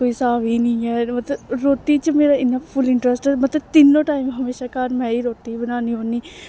कोई स्हाब ई निं ऐ मतलब रोटी च मेरा इन्ना फुल इंटरस्ट ऐ मतलब तिन्नो टाइम हमेशा घर में ई रोटी बनानी होन्नी